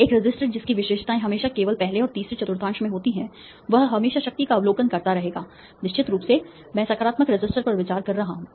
एक रेसिस्टर जिसकी विशेषताएँ हमेशा केवल पहले और तीसरे चतुर्थांश में होती हैं वह हमेशा शक्ति का अवलोकन करता रहेगा निश्चित रूप से मैं सकारात्मक रेसिस्टर पर विचार कर रहा हूँ